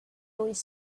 always